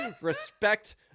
respect